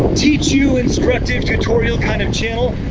teach you instructive tutorial kind of channel.